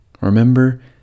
Remember